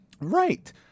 right